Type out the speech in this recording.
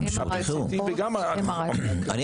גם שירותי חירום אנחנו נצטרך לדעת.